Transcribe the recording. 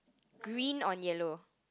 green on yellow